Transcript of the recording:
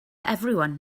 everyone